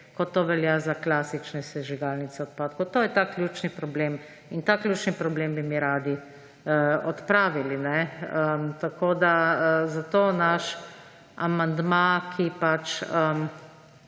kot to velja za klasične sežigalnice odpadkov. To je ta ključni problem. In ta ključni problem bi mi radi odpravili. Zato naš amandma, ki naj